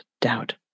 doubt